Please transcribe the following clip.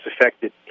affected